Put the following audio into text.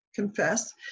Confess